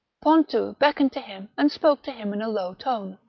pontou beckoned to him and spoke to him in a low tone.